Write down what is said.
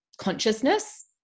consciousness